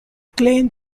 claimed